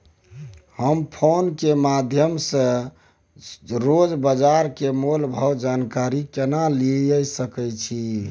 हम फोन के माध्यम सो रोज बाजार के मोल भाव के जानकारी केना लिए सके छी?